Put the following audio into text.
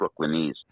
Brooklynese